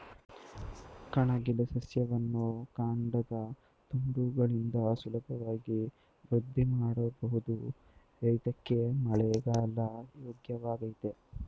ಕಣಗಿಲೆ ಸಸ್ಯವನ್ನು ಕಾಂಡದ ತುಂಡುಗಳಿಂದ ಸುಲಭವಾಗಿ ವೃದ್ಧಿಮಾಡ್ಬೋದು ಇದ್ಕೇ ಮಳೆಗಾಲ ಯೋಗ್ಯವಾಗಯ್ತೆ